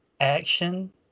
action